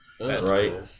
Right